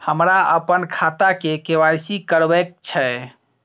हमरा अपन खाता के के.वाई.सी करबैक छै